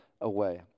away